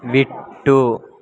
விட்டு